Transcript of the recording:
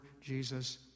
Jesus